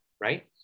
right